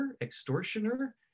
extortioner